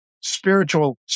spiritual